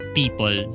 people